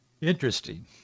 Interesting